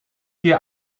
hier